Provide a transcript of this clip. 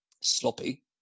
sloppy